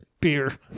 Beer